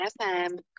FM